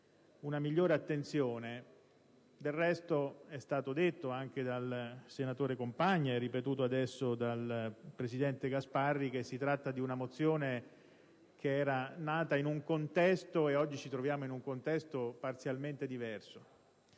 una migliore attenzione. Del resto (è stato detto anche dal senatore Compagna e ripetuto adesso dal presidente Gasparri) si tratta di una mozione che era nata in un determinato contesto, e oggi ci troviamo in un contesto parzialmente diverso.